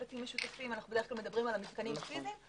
משותפים - אנו דווקא מדברים על המתקנים הפיזיים.